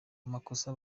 amakosa